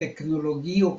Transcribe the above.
teknologio